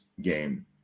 game